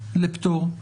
לפטור?